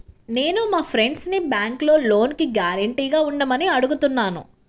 నేను మా ఫ్రెండ్సుని బ్యేంకులో లోనుకి గ్యారంటీగా ఉండమని అడుగుతున్నాను